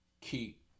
keep